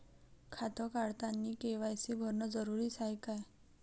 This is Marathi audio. खातं काढतानी के.वाय.सी भरनं जरुरीच हाय का?